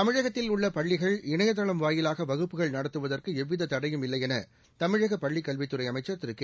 தமிழகத்தில் உள்ள பள்ளிகள் இணையதளம் வாயிலாக வகுப்புகள் நடத்துவதற்கு எவ்வித தடையும் இல்லையெள தமிழக பள்ளிக் கல்வித்துறை அமைச்சர் திரு கே